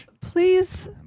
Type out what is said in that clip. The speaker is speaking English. please-